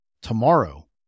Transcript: tomorrow